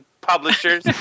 publishers